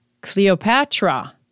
Cleopatra